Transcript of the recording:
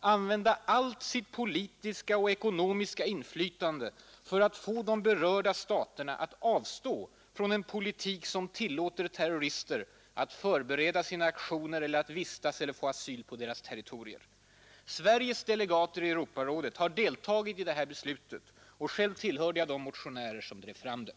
”använda allt sitt politiska och ekonomiska inflytande för att få de berörda staterna att avstå från en politik som tillåter terrorister att förbereda sina aktioner eller att vistas eller få asyl på deras territorier”. Sveriges delegater i Europarådet har deltagit i detta beslut; själv tillhörde jag de motionärer som drev fram det.